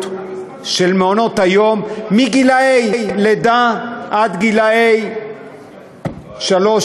של מעונות-היום מגיל לידה עד גיל שלוש,